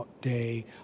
Day